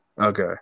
Okay